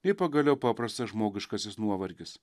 nei pagaliau paprastas žmogiškasis nuovargis